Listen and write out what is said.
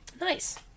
Nice